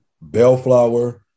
Bellflower